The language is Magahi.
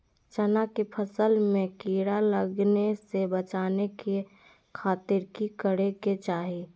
चना की फसल में कीड़ा लगने से बचाने के खातिर की करे के चाही?